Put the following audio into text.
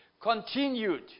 continued